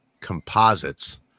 composites